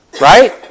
Right